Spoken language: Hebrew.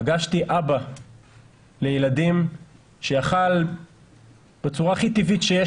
פגשתי אבא לילדים שיכול בצורה הכי טבעית שיש